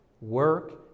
work